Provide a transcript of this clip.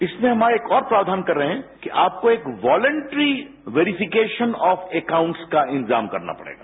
इसमें आज हम एक और प्रावधान कर रहे हैं कि आपको एक वॉलेंट्री वेरीफिकेशन ऑफ अकाउंट्स का इंतजाम करना पड़ेगा